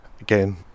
again